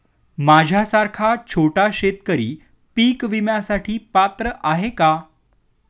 माझ्यासारखा छोटा शेतकरी पीक विम्यासाठी पात्र आहे का?